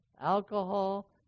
alcohol